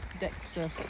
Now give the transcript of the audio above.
Dexter